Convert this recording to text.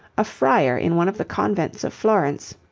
a friar in one of the convents of florence,